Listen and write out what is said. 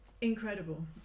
Incredible